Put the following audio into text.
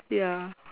ya